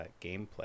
gameplay